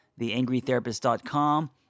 theangrytherapist.com